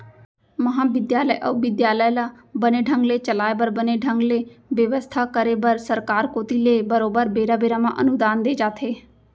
महाबिद्यालय अउ बिद्यालय ल बने ढंग ले चलाय बर बने ढंग ले बेवस्था करे बर सरकार कोती ले बरोबर बेरा बेरा म अनुदान दे जाथे